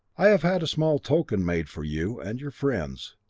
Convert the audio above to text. i have had a small token made for you, and your friends.